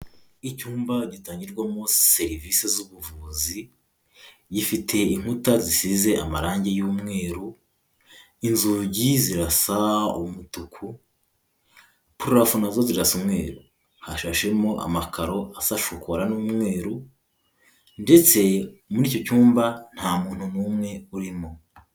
Icyumba gitangirwamo serivisi z'ubuvuzi, gifite inkuta zisize amarangi y'umweru, inzugi zirasa umutuku, purafo nazo zirasa umweru. Hashashemo amakaro asa shokora n'umweru, ndetse muri icyo cyumba nta muntu n'umwe urimo.